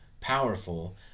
powerful